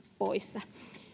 poissa